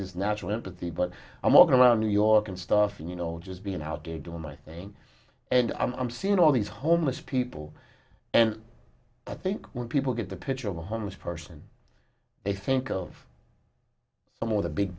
his natural empathy but i'm walking around new york and stuff you know just being out there doing my thing and i'm seeing all these homeless people and i think when people get the picture of a homeless person they think of him or the big